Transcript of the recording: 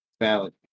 Valid